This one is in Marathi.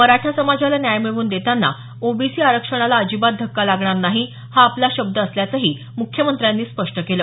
मराठा समाजाला न्याय मिळवून देताना ओबीसी आरक्षणाला अजिबात धक्का लागणार नाही हा आपला शब्द असल्याचंही मुख्यमंत्र्यांनी स्पष्ट केलं